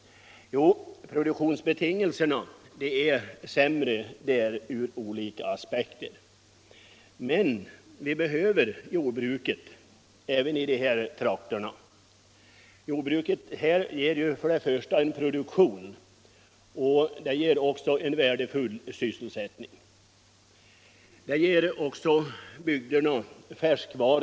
Jo, produktionsbetingelserna är sämre i dessa områden ur olika aspekter. Men vi behöver jordbruket även i de här trakterna. Jordbruket ger ju både en produktion och en värdefull sysselsättning. Det ger också bygderna färskvaror.